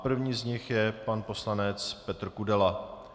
Prvním z nich je pan poslanec Petr Kudela.